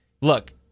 look